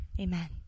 Amen